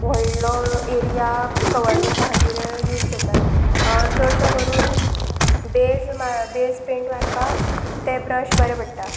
व्हडलो area cover करपा खातीर यूज करतात चडसो करून बेज बेज पेंट मारपाक ते ब्रश बरें पडटा